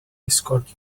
escort